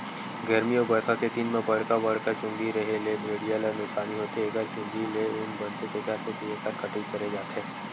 गरमी अउ बरसा के दिन म बड़का बड़का चूंदी रेहे ले भेड़िया ल नुकसानी होथे एखर चूंदी ले ऊन बनथे तेखर सेती एखर कटई करे जाथे